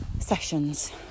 sessions